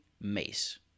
mace